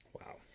wow